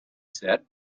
said